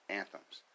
anthems